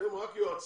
אתם רק יועצים,